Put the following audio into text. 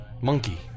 Monkey